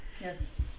Yes